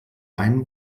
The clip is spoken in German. einen